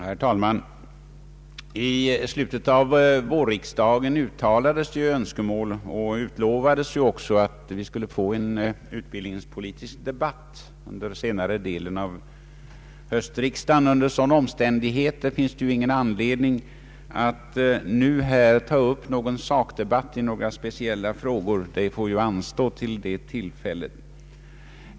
Herr talman! I slutet av vårriksdagen uttalades det önskemål om och utlovades också att vi skulle få en utbildningspolitisk debatt under senare delen av höstriksdagen. Under sådana omständigheter finns det ju ingen anledning att nu här ta upp någon sakdebatt i speciella frågor, utan det får anstå till detta tillfälle.